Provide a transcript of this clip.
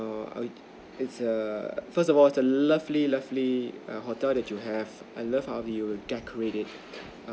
err it's a first of all it's a lovely lovely err hotel that you have I love how you decorate it